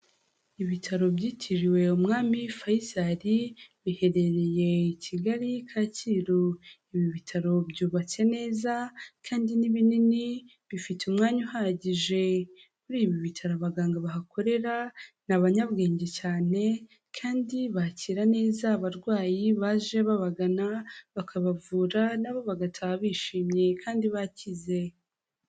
Ibitaro byitiriwe umwami Fayisali biherereye Kigali Kacyiru. Ibi bitaro byubatse neza kandi ni binini bifite umwanya uhagije. kuri ibi bitaro abaganga bahakorera ni abanyabwenge cyane kandi bakira neza abarwayi baje babagana bakabavura na bo bagataha bishimye kandi bakize.